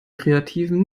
kreativen